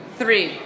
three